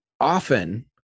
Often